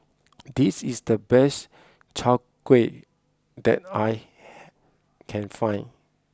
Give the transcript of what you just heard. this is the best Chai Kueh that I can find